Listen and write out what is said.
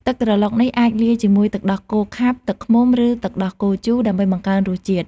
ទឹកក្រឡុកនេះអាចលាយជាមួយទឹកដោះគោខាប់ ទឹកឃ្មុំ ឬទឹកដោះគោជូរ ដើម្បីបង្កើនរសជាតិ។